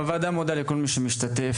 הוועדה מודה לכל מי שמשתתף,